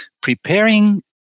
preparing